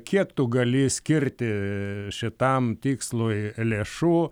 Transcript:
kiek tu gali skirti šitam tikslui lėšų